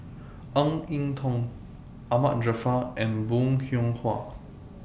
Ng Eng Teng Ahmad Jaafar and Bong Hiong Hwa